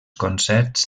concerts